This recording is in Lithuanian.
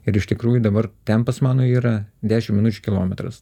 ir iš tikrųjų dabar tempas mano yra dešim minučių kilometras